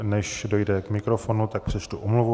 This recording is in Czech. Než dojde k mikrofonu, tak přečtu omluvu.